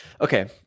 Okay